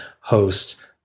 host